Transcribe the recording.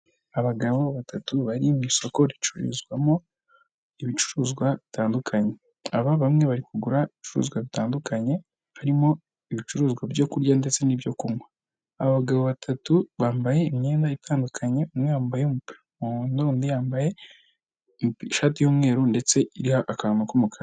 Abagabo batatu bari mu isoko ricururizwamo ibicuruzwa bitandukanye, aba bamwe bari kugura ibicuruzwa bitandukanye, harimo ibicuruzwa byo kurya ndetse n'ibyo kunywa, aba abagabo batatu bambaye imyenda itandukanye, umwe yambaye umupira w'umuhondo, undi yambaye ishati y'umweru ndetse iriho akantu k'umukara.